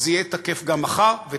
זה תקף היום, זה יהיה תקף גם מחר ותמיד.